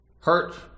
hurt